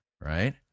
right